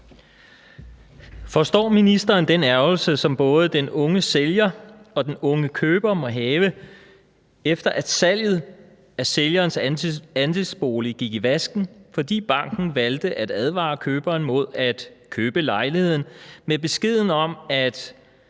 Forstår ministeren den ærgrelse, som både den unge sælger og den unge køber må have, efter at salget af sælgerens andelsbolig gik i vasken, fordi banken valgte at advare køberen mod at købe lejligheden med beskeden om, at